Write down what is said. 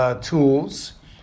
tools